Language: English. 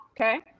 Okay